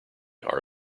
are